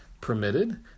permitted